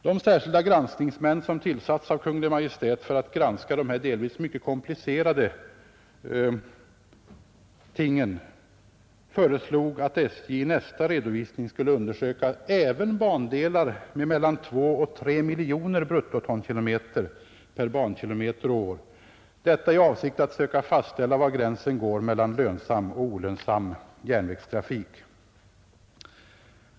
De särskilda granskningsmän, som tillsatts av Kungl. Maj:t för att granska de här delvis ganska komplicerade frågorna, föreslog att SJ vid nästa redovisning skulle undersöka även bandelar med mellan 2 och 3 miljoner bruttotonkilometer per bankilometer och år, i avsikt att söka fastställa var gränsen går mellan lönsam och olönsam järnvägstrafik.